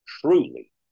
truly